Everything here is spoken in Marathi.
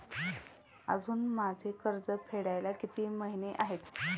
अजुन माझे कर्ज फेडायला किती महिने आहेत?